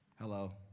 Hello